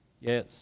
Yes